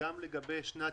שגם בשנת